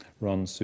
Ron